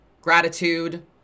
gratitude